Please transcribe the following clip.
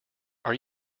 are